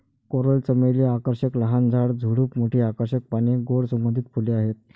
coral चमेली आकर्षक लहान झाड, झुडूप, मोठी आकर्षक पाने, गोड सुगंधित फुले आहेत